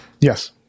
Yes